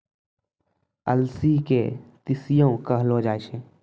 अलसी के तीसियो कहलो जाय छै